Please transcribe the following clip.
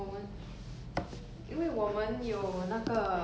我们要上学 mah 所以就很难